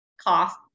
cost